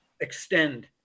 extend